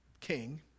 king